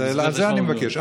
על זה אני מבקש.